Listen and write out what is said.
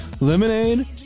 Lemonade